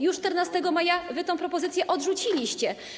Już 14 maja wy tę propozycję odrzuciliście.